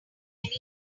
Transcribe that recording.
take